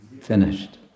finished